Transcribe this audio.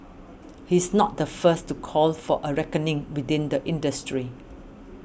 he's not the first to call for a reckoning within the industry